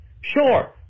Sure